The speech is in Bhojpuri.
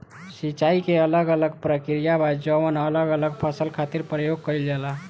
सिंचाई के अलग अलग प्रक्रिया बा जवन अलग अलग फसल खातिर प्रयोग कईल जाला